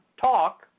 talk